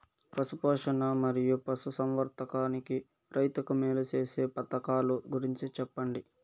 పశు పోషణ మరియు పశు సంవర్థకానికి రైతుకు మేలు సేసే పథకాలు గురించి చెప్పండి?